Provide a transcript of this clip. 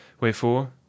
wherefore